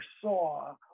saw